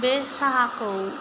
बे साहाखौ